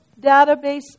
database